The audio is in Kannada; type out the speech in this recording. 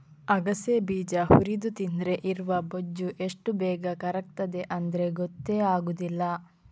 ಅಗಸೆ ಬೀಜ ಹುರಿದು ತಿಂದ್ರೆ ಇರುವ ಬೊಜ್ಜು ಎಷ್ಟು ಬೇಗ ಕರಗ್ತದೆ ಅಂದ್ರೆ ಗೊತ್ತೇ ಆಗುದಿಲ್ಲ